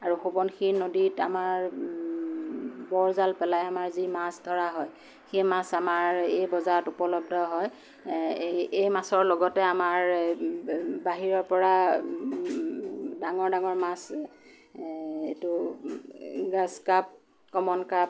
আৰু সোৱণশিৰি নদীত আমাৰ বৰজাল পেলাই আামাৰ যি মাছ ধৰা হয় সেই মাছ আমাৰ এই বজাৰত উপলব্ধ হয় এই এই মাছৰ লগতে আমাৰ বাহিৰৰ পৰা ডাঙৰ ডাঙৰ মাছ এইটো গ্ৰাছ কাপ কমন কাপ